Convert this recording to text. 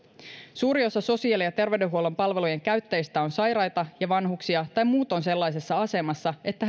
suuri osa sosiaali ja terveydenhuollon palvelujen käyttäjistä on sairaita ja vanhuksia tai muutoin sellaisessa asemassa että